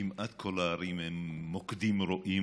כמעט כל הערים הן מוקדים רואים,